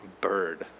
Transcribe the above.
bird